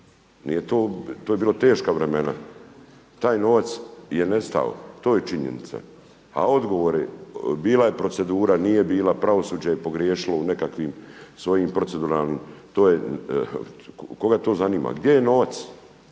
To su bila teška vremena. Taj novac je nestao, to je činjenica. A odgovori bila je procedura, nije bila, pravosuđe je pogriješilo u nekakvim svojim proceduralnim, koga to zanima? Gdje je novac?